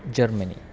Germany